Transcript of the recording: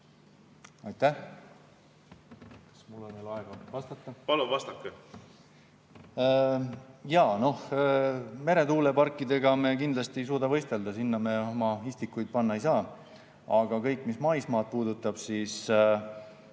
Aitäh! Kas mul on veel aega vastata? Palun vastake! Meretuuleparkidega me kindlasti ei suuda võistelda, sinna me oma istikuid panna ei saa, aga mis maismaad puudutab, siis